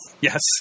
Yes